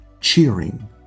cheering